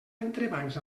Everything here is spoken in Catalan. entrebancs